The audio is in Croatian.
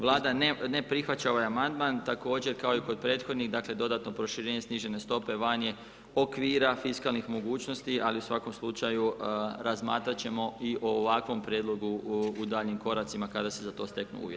Vlada ne prihvaća ovaj amandman, također kao i kod prethodnih, dakle, dodatno proširenje snižene stope, van je okvira fiskalnih mogućnosti, ali u svakom slučaju razmatrati ćemo i o ovakvom prijedlogu u daljnjim koracima kada se za to steknu uvjeti.